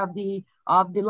of the of the